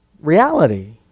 reality